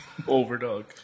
Overdog